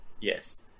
Yes